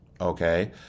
Okay